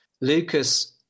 Lucas